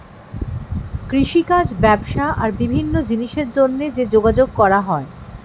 কৃষিকাজ, ব্যবসা আর বিভিন্ন জিনিসের জন্যে যে যোগাযোগ করা হয়